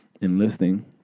enlisting